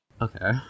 Okay